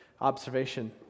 observation